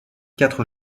quatre